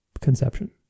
conception